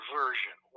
version